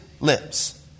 lips